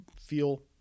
feel